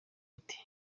ati